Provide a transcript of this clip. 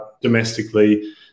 domestically